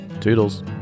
Toodles